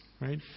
right